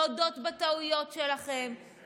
להודות בטעויות שלכם,